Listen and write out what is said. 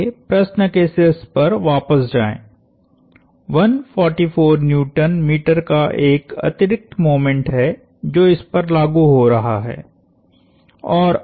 आइए प्रश्न के शीर्ष पर वापस जाएं 144Nm का एक अतिरिक्त मोमेंट है जो इस पर लागु हो रहा है